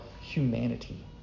humanity